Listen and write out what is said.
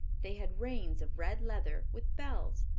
they had reins of red leather, with bells,